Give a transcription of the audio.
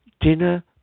dinner